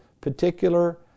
particular